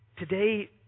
Today